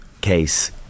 case